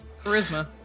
Charisma